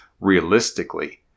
realistically